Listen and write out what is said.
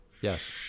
Yes